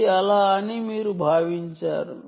ఇది అలా అని మీరు భావించారు